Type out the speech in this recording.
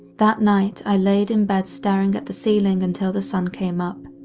that night i laid in bed staring at the ceiling until the sun came up.